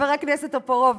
חבר הכנסת טופורובסקי.